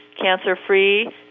cancer-free